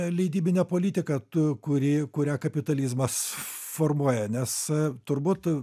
leidybine politika tu kuri kurią kapitalizmas formuoja nes turbūt